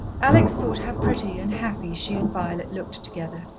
alex thought how pretty and happy she and violet looked together.